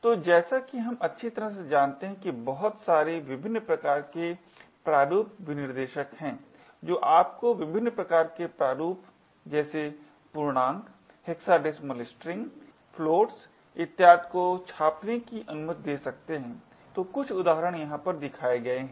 तो जैसा कि हम अच्छी तरह से जानते हैं कि बहुत सारे विभिन्न प्रकार के प्रारूप विनिर्देशक हैं जो आपको विभिन्न प्रकार के प्रारूप जैसे पूर्णांक hexadecimal strings hexadecimal strings floats इत्यादि को छापने की अनुमति दे सकते हैं तो कुछ उदाहरण यहाँ पर दिखाए गए हैं